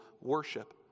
worship